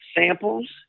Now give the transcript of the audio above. samples